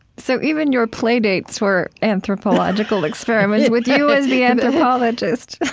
so even your play dates were anthropological experiments, with you as the anthropologist.